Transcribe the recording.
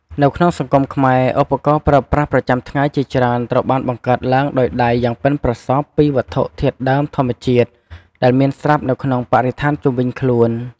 នៅក្នុងសង្គមខ្មែរ ឧបករណ៍ប្រើប្រាស់ប្រចាំថ្ងៃជាច្រើនត្រូវបានបង្កើតឡើងដោយដៃយ៉ាងប៉ិនប្រសប់ពីវត្ថុធាតុដើមធម្មជាតិ ដែលមានស្រាប់នៅក្នុងបរិស្ថានជុំវិញខ្លួន។